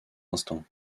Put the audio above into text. instants